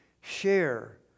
share